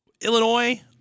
Illinois